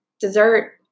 dessert